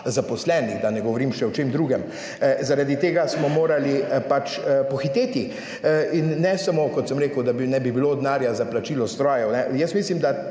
zaposlenih, da ne govorim še o čem drugem. Zaradi tega smo morali pač pohiteti. In ne samo, kot sem rekel, da ne bi bilo denarja za plačilo strojev, jaz mislim, da